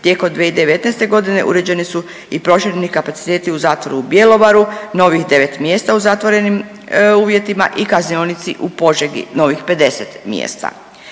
tijekom 2019.g. uređeni su i prošireni kapaciteti u zatvoru u Bjelovaru novih devet mjesta u zatvorenim uvjetima i Kaznionici u Požegi novih 50 mjesta.